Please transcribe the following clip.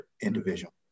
individual